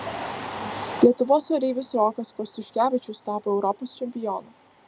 lietuvos oreivis rokas kostiuškevičius tapo europos čempionu